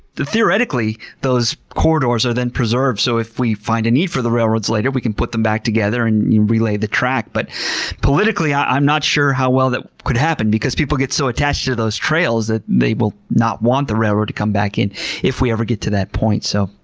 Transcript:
theoretically those corridors are then preserved so if we find a need for the railroads later, we can put them back together and re-lay the track. but politically, i'm not sure how well that could happen because people get so attached to those trails that they will not want the railroad to come back in if we ever get to that point. so,